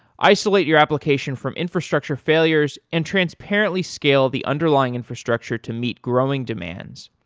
isolate your application from infrastructure failures and transparently scale the underlying infrastructure to meet growing demands,